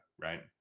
right